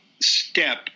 step